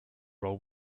role